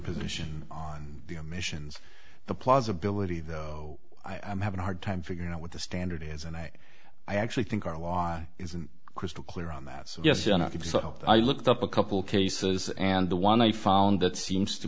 position on the emissions the plausibility though i am having a hard time figuring out what the standard is and i i actually think our law is in crystal clear on that so yes and if so i looked up a couple cases and the one i found that seems to